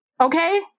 okay